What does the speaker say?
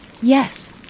Yes